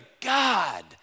God